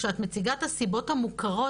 כשאת מציגה את הסיבות המוכרות,